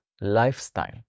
lifestyle